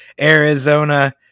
Arizona